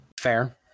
fair